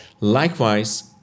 Likewise